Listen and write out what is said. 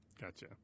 Gotcha